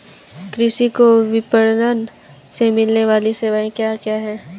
कृषि को विपणन से मिलने वाली सेवाएँ क्या क्या है